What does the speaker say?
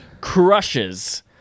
Crushes